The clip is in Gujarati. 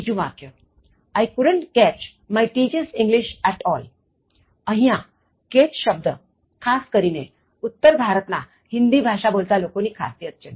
બીજું વાક્ય I couldn't catch my teacher's English at allઅહીંયા catch શબ્દ ખાસ કરીને ઉત્તર ભારત ના હિંદી ભાષા બોલતા લોકોની ખાસિયત છે